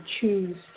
choose